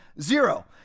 Zero